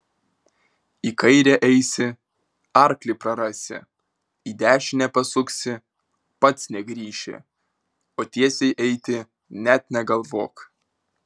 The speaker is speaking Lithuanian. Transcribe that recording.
į kairę eisi arklį prarasi į dešinę pasuksi pats negrįši o tiesiai eiti net negalvok